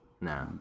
No